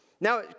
Now